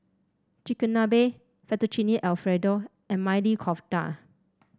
Chigenabe Fettuccine Alfredo and Maili Kofta